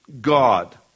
God